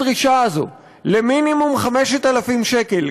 הדרישה הזו למינימום 5,000 שקל,